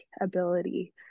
ability